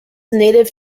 native